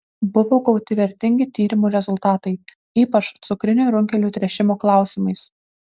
buvo gauti vertingi tyrimų rezultatai ypač cukrinių runkelių tręšimo klausimais